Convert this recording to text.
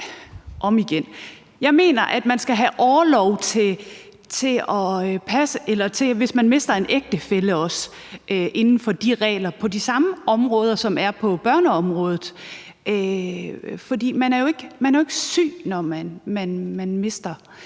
Jeg mener, at man også skal have orlov, hvis man mister en ægtefælle, inden for de regler, på de samme områder, som er på børneområdet, for man er jo ikke syg, når man mister;